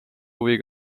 huvi